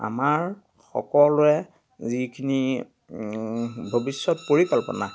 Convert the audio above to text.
আমাৰ সকলোৱে যিখিনি ভৱিষ্যত পৰিকল্পনা